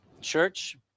church